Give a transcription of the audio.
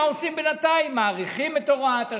עושים בינתיים: מאריכים את הוראת השעה,